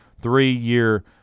three-year